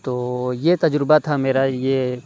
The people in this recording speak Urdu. تو یہ تجربہ تھا میرا یہ